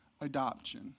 adoption